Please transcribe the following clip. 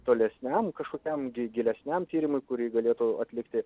tolesniam kažkokiam gi gilesniam tyrimui kurį galėtų atlikti